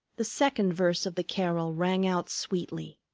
the second verse of the carol rang out sweetly